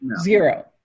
Zero